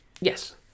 Yes